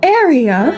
area